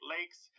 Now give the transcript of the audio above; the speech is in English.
Lakes